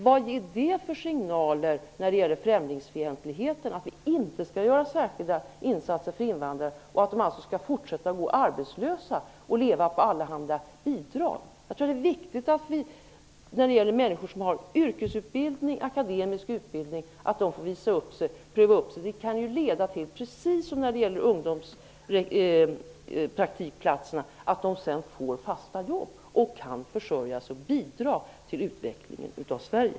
Vilka signaler när det gäller främlingsfientligheten ger det att vi inte skall göra några särskilda insatser för invandrare, som alltså skall få fortsätta att gå arbetslösa och leva på allehanda bidrag? Jag tror att det är viktigt att vi låter människor som har yrkesutbildning och akademisk utbildning få visa upp sig och bli prövade. De kan ju precis som när det gäller ungdomspraktikplatserna leda till att de sedan får fasta jobb och kan försörja sig och bidra till utvecklingen av Sverige.